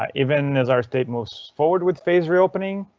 ah even as our state moves forward with phased reopening.